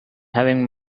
having